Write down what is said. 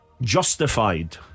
Justified